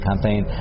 campaign